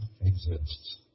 exists